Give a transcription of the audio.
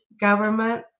government